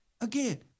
again